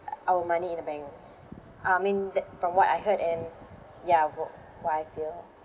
our money in a bank I mean that from what I heard and ya wh~ what I feel